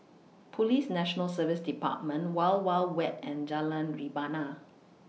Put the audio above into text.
Police National Service department Wild Wild Wet and Jalan Rebana